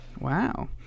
wow